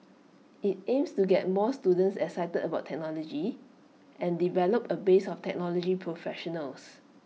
IT aims to get more students excited about technology and develop A base of technology professionals